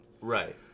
Right